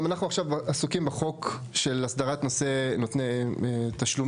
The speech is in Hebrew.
גם אנחנו עכשיו כבר עסוקים בחוק של הסדרת נושא נותני תשלומים,